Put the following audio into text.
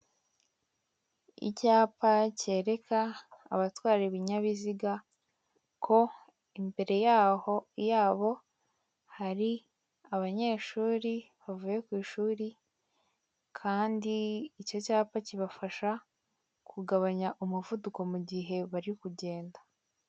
Icyapa cyereka abatwara ibinyabiziga ko imbere yaho yabo hari abanyeshuri bavuye ku ishuri, kandi icyo cyapa kibafasha kugabanya umuvuduko mu gihe bari kugenda.